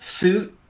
suit